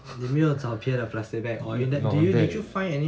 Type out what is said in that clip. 你没有找别的 plastic bag or you ne~ do you did you find any